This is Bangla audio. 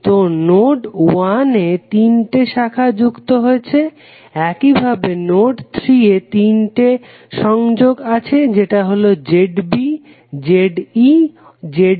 তো নোড 1 এ তিনটি শাখা যুক্ত হচ্ছে একইভাবে নোড 3 এও তিনটি সংযোগ আছে যেটা হলো ZB ZE ZC